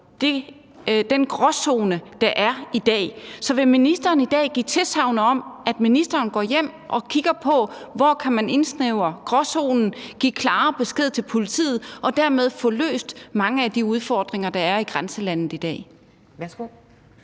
den gråzone, der er i dag. Så vil ministeren i dag give tilsagn om, at ministeren går hjem og kigger på, hvor man kan indsnævre gråzonen og give klarere besked til politiet og dermed få løst mange af de udfordringer, der er i grænselandet i dag?